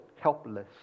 helpless